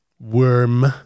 worm